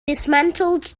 dismantled